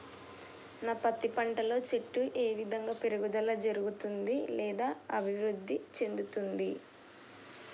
నా పత్తి పంట లో చెట్టు ఏ విధంగా పెరుగుదల జరుగుతుంది లేదా అభివృద్ధి చెందుతుంది?